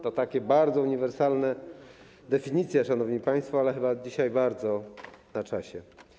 To takie bardzo uniwersalne definicje, szanowni państwo, ale chyba dzisiaj bardzo na czasie.